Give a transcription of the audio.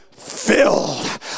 filled